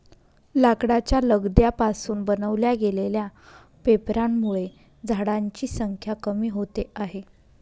लाकडाच्या लगद्या पासून बनवल्या गेलेल्या पेपरांमुळे झाडांची संख्या कमी होते आहे